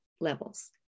levels